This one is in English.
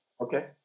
Okay